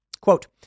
Quote